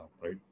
right